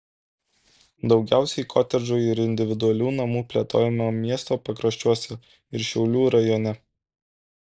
daugiausiai kotedžų ir individualių namų plėtojama miesto pakraščiuose ir šiaulių rajone